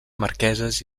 marqueses